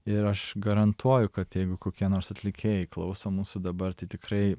ir aš garantuoju kad jeigu kokie nors atlikėjai klauso mūsų dabar tai tikrai